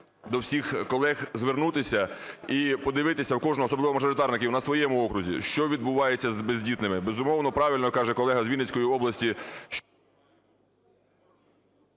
до всіх колег звернутися і подивитися у кожного, особливо мажоритарників, на своєму окрузі, що відбувається з бездітними. Безумовно, правильно каже колега з Вінницької області…